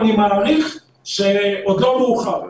אני מעריך שעוד לא מאוחר.